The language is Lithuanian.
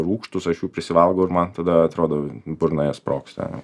rūgštūs aš jų prisivalgo ir man tada atrodo burnoje sprogsta